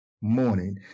morning